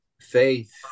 faith